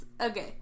Okay